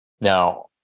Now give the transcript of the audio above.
Now